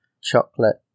chocolate